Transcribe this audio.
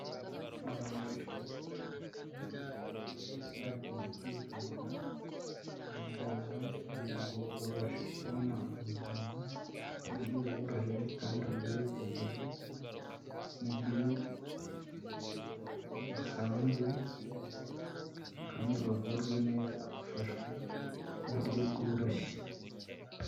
Abantu benshi bateranira mu ruhame bagiye kwivuza kwa muganga kugira ngo babashe kubona ubuvuzi ku buryo buboroheye kandi bigereye mu buryo busanzwe kandi bavurwe neza bafashwe mu buryo bworoshye.